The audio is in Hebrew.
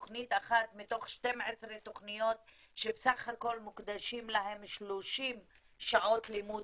תוכנית אחת מתוך 12 תוכניות שבסך הכול מוקדשים להן 30 שעות לימוד